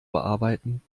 bearbeiten